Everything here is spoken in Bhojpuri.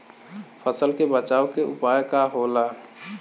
फसल के बचाव के उपाय का होला?